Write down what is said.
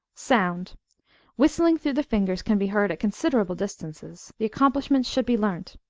sound whistling through the fingers can be heard at considerable distances the accomplishment should be learnt.